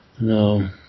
No